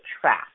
trap